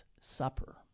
Supper